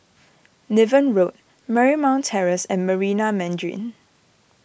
Niven Road Marymount Terrace and Marina Mandarin